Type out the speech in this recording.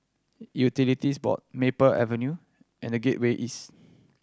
Utilities Board Maple Avenue and The Gateway East